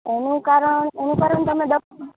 એનું કારણ એનું કારણ તમે દવા